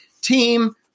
team